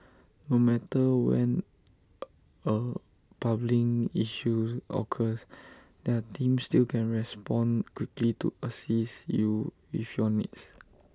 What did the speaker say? no matter when A plumbing issue occurs their team still can respond quickly to assist you with your needs